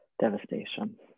devastation